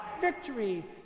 Victory